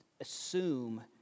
assume